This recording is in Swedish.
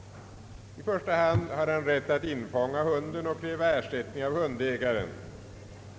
I första hand har han rätt att infånga hunden och kräva ersättning av hundägaren.